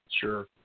sure